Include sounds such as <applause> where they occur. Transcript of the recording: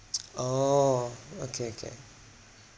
<noise> oh okay okay